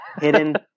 hidden